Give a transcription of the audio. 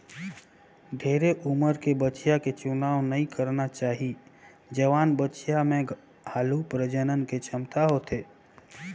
ढेरे उमर के बछिया के चुनाव नइ करना चाही, जवान बछिया में हालु प्रजनन के छमता होथे